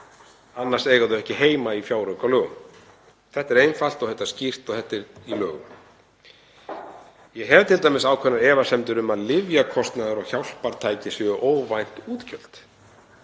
Annars eiga þau ekki heima í fjáraukalögum. Þetta er einfalt og þetta er skýrt og þetta er í lögum. Ég hef t.d. ákveðnar efasemdir um að lyfjakostnaður og hjálpartæki séu óvænt útgjöld,